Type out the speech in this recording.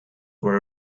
were